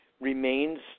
remains